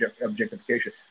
objectification